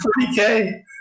40k